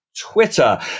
Twitter